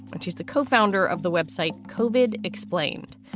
and she's the co-founder of the website covered explained.